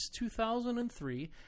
2003